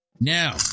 Now